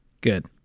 Good